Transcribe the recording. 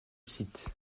site